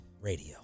Radio